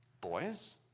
Boys